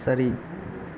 சரி